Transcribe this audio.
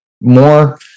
More